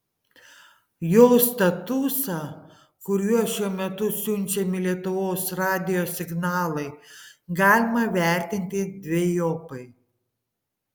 jo statusą kuriuo šiuo metu siunčiami lietuvos radijo signalai galima vertinti dvejopai